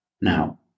Now